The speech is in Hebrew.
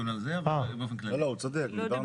לא, לא, הוא צודק, דיברנו על זה.